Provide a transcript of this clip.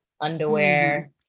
underwear